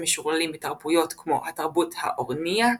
משוכללים מתרבויות כמו התרבות האוריניאקית,